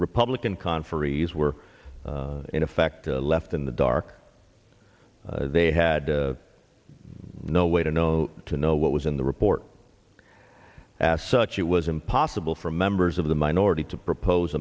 republican conferees were in effect left in the dark they had no way to know to know what was in the report as such it was impossible for members of the minority to propose